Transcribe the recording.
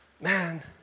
Man